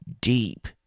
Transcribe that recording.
deep